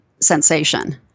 sensation